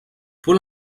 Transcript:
paul